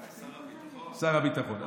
שר הביטחון?